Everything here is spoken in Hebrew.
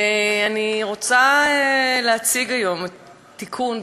אני רוצה להציג היום תיקון.